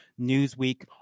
Newsweek